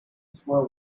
squirrel